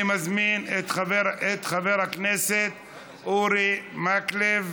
אני מזמין את חבר הכנסת אורי מקלב,